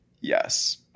Yes